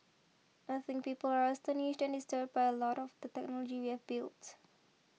I think people are astonished and disturbed by a lot of the technology we have built